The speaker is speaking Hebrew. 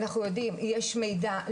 אנחנו יודעים שיש מידע,